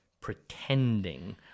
pretending